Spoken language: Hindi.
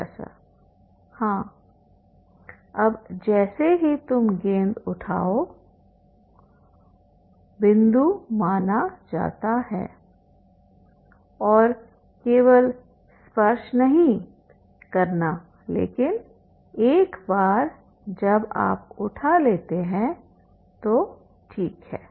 प्रोफेसर हाँ अब जैसे ही तुम गेंद उठाओ बिंदु माना जाता हैऔर केवल स्पर्श नहीं द्वारा करना लेकिन एक बार जब आप उठा लेते हैं तो ठीक है